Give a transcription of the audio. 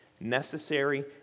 necessary